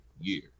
year